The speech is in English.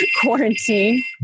quarantine